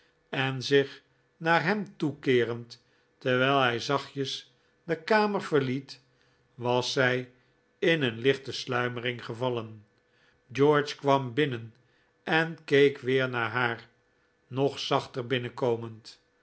en zich naar hem toe keerend terwijl hij zachtjes de kamer verliet was zij in een lichte sluimering gevallen george kwam binnen en keek weer naar haar nog zachter binnenkomend